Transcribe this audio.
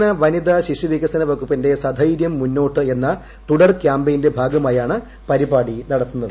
സംസ്ഥാന വനിത ശിശുവികസന വകുപ്പിന്റെ സൈരൃം മുന്നോട്ട് എന്ന തുടർ കാമ്പയിന്റെ ഭാഗമായാണ് പരിപാടി നടത്തുന്നത്